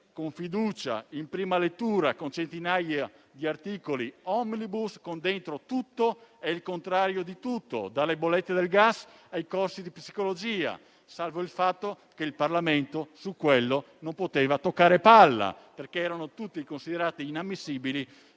con fiducia in prima lettura con centinaia di articoli *omnibus*, con dentro tutto e il contrario di tutto, dalle bollette del gas ai corsi di psicologia, salvo il fatto che il Parlamento su quello non poteva toccare palla. Tutti gli emendamenti, infatti, erano tutti considerati inammissibili